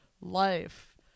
life